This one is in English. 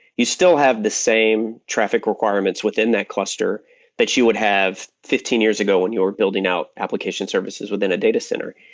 you still have the same traffic requirements within that cluster that you would have fifteen years ago when you were building out application services within a data center.